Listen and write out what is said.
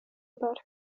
about